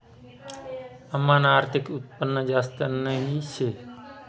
आमनं आर्थिक उत्पन्न जास्त नही शे